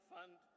Fund